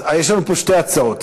יש לנו פה שתי הצעות.